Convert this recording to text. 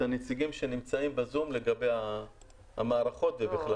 הנציגים שנמצאים בזום לגבי המערכות ובכלל.